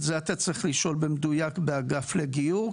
את זה אתה צריך לשאול במדויק באגף לגיור,